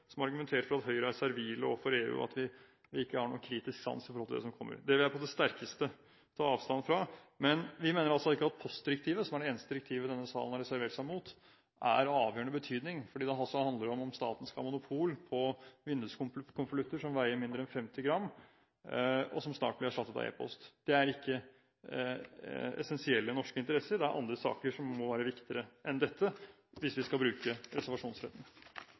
som argumenterte for at Høyre er servil overfor EU, og at vi ikke har noen kritisk sans når det gjelder det som kommer fra EU. Det vil jeg på det sterkeste ta avstand fra. Men vi mener altså ikke at postdirektivet – som er det eneste direktivet denne sal har reservert seg mot – er av avgjørende betydning, fordi det handler om at staten skal ha monopol på vinduskonvolutter som veier mindre enn 50 gram, og som snart blir erstattet av e-post. Det er ikke essensielle norske interesser, det er andre saker som må være viktigere enn dette, hvis vi skal bruke reservasjonsretten.